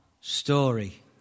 story